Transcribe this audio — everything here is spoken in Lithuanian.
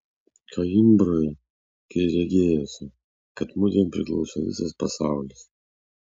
koimbroje kai regėjosi kad mudviem priklauso visas pasaulis